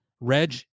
Reg